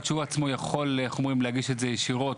האם הוא יכול לא להגיש את זה ישירות,